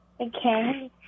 Okay